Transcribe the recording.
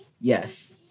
Yes